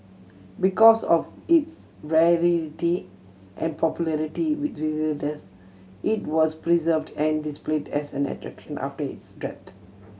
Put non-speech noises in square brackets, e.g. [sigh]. because of its rarity and popularity with visitors it was preserved and displayed as an attraction after its [unintelligible]